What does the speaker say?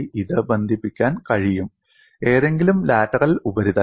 ഇത് ബന്ധിപ്പിക്കാൻ കഴിയും ഏതെങ്കിലും ലാറ്ററൽ ഉപരിതലം